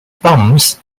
bombs